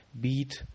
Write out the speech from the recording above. beat